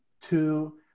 Two